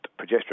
progesterone